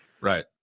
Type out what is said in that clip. Right